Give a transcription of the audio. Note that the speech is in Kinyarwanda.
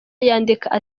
yandikaga